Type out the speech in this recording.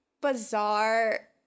bizarre